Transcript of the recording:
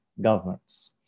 governments